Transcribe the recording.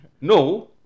No